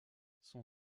son